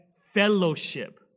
fellowship